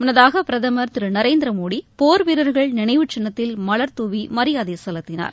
முன்னதாக பிரதமர் திரு நரேந்திர மோடி போர் வீரர்கள் நினைவுச்சின்னத்தில் மலர் துவி மரியாதை செலுத்தினார்